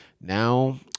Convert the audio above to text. Now